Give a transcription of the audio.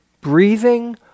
breathing